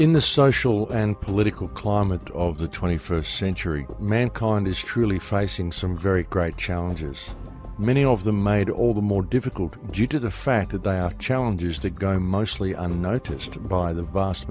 in the social and political climate of the twenty first century mankind is truly facing some very great challenges many of them made all the more difficult due to the fact that by a challenge is the guy mostly unnoticed by the vast